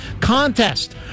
contest